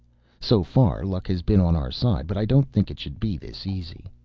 so far luck has been on our side, but i don't think it should be this easy.